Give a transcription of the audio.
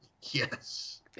Yes